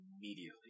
immediately